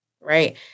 Right